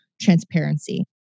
transparency